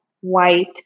white